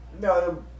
No